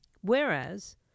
Whereas